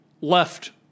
left